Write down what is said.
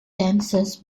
dancers